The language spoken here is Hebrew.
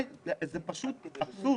זה אבסורד.